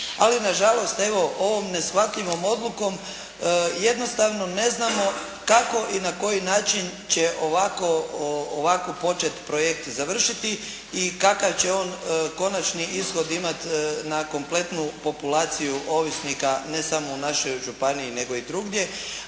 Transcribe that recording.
ali na žalost evo ovom neshvatljivom odlukom jednostavno ne znamo kako i na koji način će ovako počet projekt završiti i kakav će on konačni ishod imati na kompletnu populaciju ovisnika ne samo u našoj županiji, nego i drugdje,